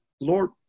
Lord